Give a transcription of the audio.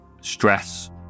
stress